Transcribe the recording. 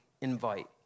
invite